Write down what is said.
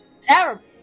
Terrible